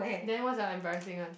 then what's your embarrassing one